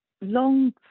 long